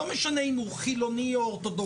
לא משנה אם הוא חילוני או אורתודוכסי.